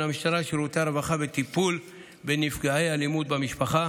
המשטרה לבין שירותי הרווחה בטיפול בנפגעי אלימות במשפחה.